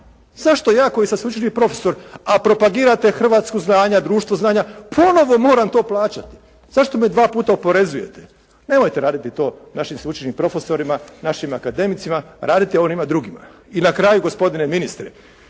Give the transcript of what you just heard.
Zašto ja koji sam sveučilišni profesor a propagirate Hrvatsku znanja, društvo znanja ponovo moram to plaćati? Zašto me dva puta oporezujete? Nemojte raditi to našim sveučilišnim profesorima, našim akademicima. Radite onima drugima.» I na kraju gospodine ministre.